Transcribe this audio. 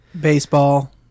baseball